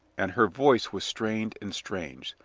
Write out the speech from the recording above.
and her voice was strained and strange,